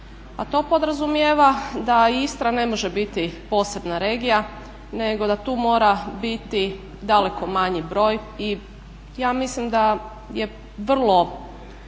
a to podrazumijeva da i Istra ne može biti posebna regija nego da tu mora biti daleko manji broj. I ja mislim da je vrlo